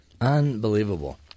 Unbelievable